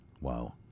Wow